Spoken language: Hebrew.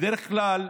בדרך כלל,